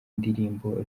ndirimbo